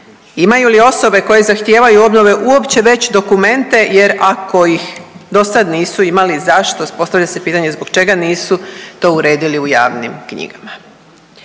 Imaju li osobe koje zahtijevaju obnove uopće već dokumente jer ako ih dosad nisu imali, zašto, postavlja se pitanje zbog čega nisu to uredili u javnim knjigama?